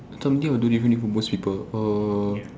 something I will do differently from most people uh